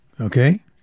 okay